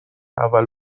اول